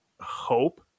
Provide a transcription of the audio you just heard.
hope